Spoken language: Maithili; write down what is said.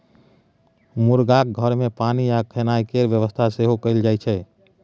मुरगाक घर मे पानि आ खेनाइ केर बेबस्था सेहो कएल जाइत छै